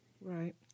Right